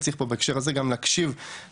וצריך פה בהקשר הזה גם להקשיב למצוקות